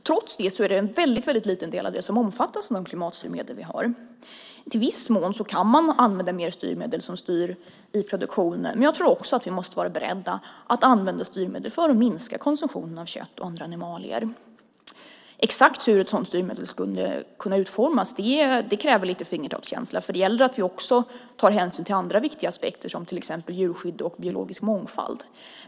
Trots det omfattas endast en mycket liten del av den av de klimatstyrmedel vi har. I viss mån kan man använda styrmedel i produktionen, men jag tror att vi också måste vara beredda att använda styrmedel för att minska konsumtionen av kött och andra animalier. Att veta exakt hur ett sådant styrmedel skulle kunna utformas kräver lite fingertoppskänsla, för det gäller att också ta hänsyn till andra viktiga aspekter, såsom djurskydd och biologisk mångfald.